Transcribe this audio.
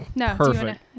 Perfect